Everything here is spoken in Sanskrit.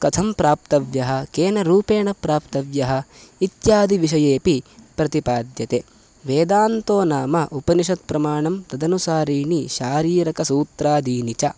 कथं प्राप्तव्यः केन रूपेण प्राप्तव्यः इत्यादि विषयेपि प्रतिपाद्यते वेदान्तो नाम उपनिषत्प्रमाणं तदनुसारीणि शारीरकसूत्रादीनि च